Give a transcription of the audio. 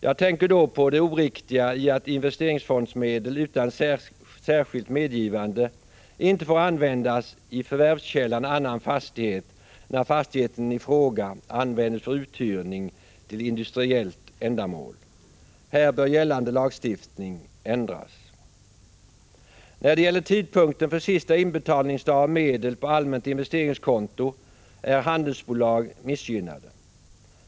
Jag tänker då på det oriktiga i att investeringsfondsmedel inte utan särskilt medgivande får användas i förvärvskällan ”annan fastighet” när fastigheten i fråga används för uthyrning till industriellt ändamål. Här bör gällande lagstiftning ändras. När det gäller tidpunkten för sista inbetalningsdag av medel på allmänt investeringskonto är handelsbolag missgynnade.